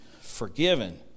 forgiven